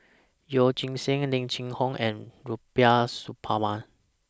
Yeoh Ghim Seng Lim Cheng Hoe and Rubiah Suparman